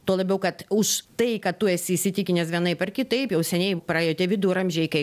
tuo labiau kad už tai kad tu esi įsitikinęs vienaip ar kitaip jau seniai praėjo tie viduramžiai kai